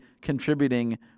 contributing